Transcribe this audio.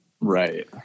right